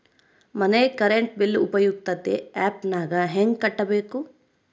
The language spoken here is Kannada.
ಮನೆ ಕರೆಂಟ್ ಬಿಲ್ ಉಪಯುಕ್ತತೆ ಆ್ಯಪ್ ನಾಗ ಹೆಂಗ ಕಟ್ಟಬೇಕು?